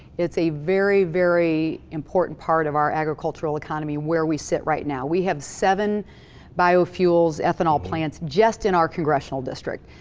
it's a very, very important part of our agricultural economy, where we sit right now. we have seven biofuels, ethanol plants, just in our congressional district.